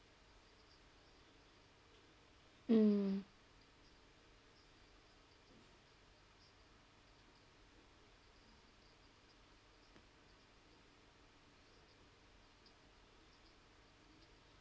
mm